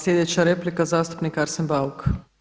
Sljedeća replika zastupnik Arsen Bauk.